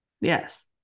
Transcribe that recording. Yes